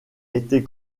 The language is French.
été